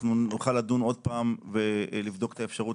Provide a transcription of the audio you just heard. אנחנו נוכל לדון עוד פעם ולבדוק את האפשרות